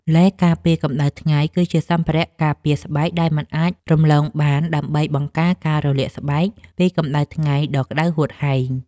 ឡេការពារកម្ដៅថ្ងៃគឺជាសម្ភារៈការពារស្បែកដែលមិនអាចរំលងបាន ដើម្បីបង្ការការរលាកស្បែកពីកម្ដៅថ្ងៃដ៏ក្ដៅហួតហែង។